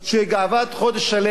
עבד חודש שלם,